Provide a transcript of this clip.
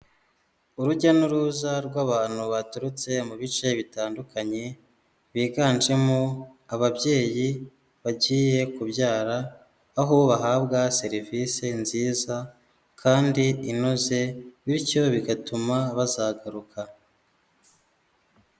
Urujya n'uruza rw'abantu baturutse mu bice bitandukanye, biganjemo ababyeyi bagiye kubyara, aho bahabwa serivisi nziza kandi inoze bityo bigatuma bazagaruka.